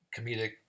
comedic